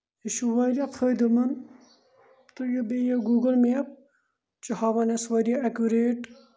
یہِ چھُ واریاہ فٲیدٕ مَنٛد تہٕ یہِ بیٚیہِ گوٗگٕل میپ چھُ ہاوان اَسہِ واریاہ ایکُریٹ